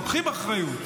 לוקחים אחריות.